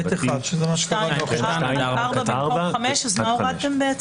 מה הורדתם?